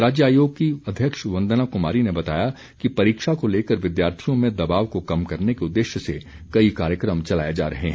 राज्य आयोग की अध्यक्ष वंदना कुमारी ने बताया कि परीक्षा को लेकर विद्यार्थियों में दबाव को कम करने के उद्देश्य से कई कार्यक्रम चलाए जा रहे हैं